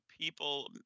people